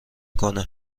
کنه